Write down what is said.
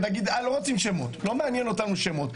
לא רוצים שמות לא מעניין אותנו שמות.